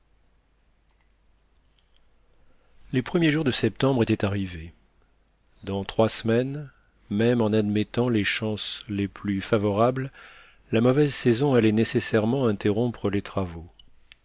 les premiers jours de septembre étaient arrivés dans trois semaines même en admettant les chances les plus favorables la mauvaise saison allait nécessairement interrompre les travaux